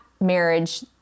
marriage